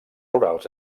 rurals